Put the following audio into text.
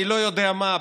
אני לא יודע מה,